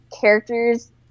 characters